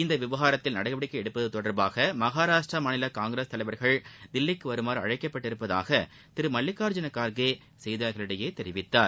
இந்த விவகாரத்தில் நடவடிக்கை எடுப்பது தொடர்பாக மகாராஷ்டிர மாநில காங்கிரஸ் தலைவர்கள் தில்லிக்கு வருமாறு அழைக்கப்பட்டுள்ளதாக திரு மல்லிகார்ஜூன கார்கே செய்தியாளர்களிடம் தெரிவித்தார்